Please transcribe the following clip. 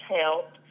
help